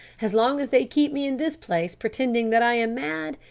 as long as they keep me in this place pretending that i am mad,